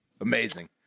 Amazing